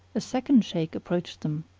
a second shaykh approached them,